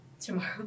tomorrow